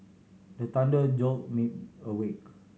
the thunder jolt me awake